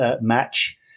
match